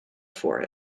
for